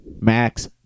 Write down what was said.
Max